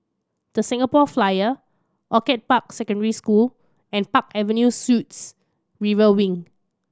The Singapore Flyer Orchid Park Secondary School and Park Avenue Suites River Wing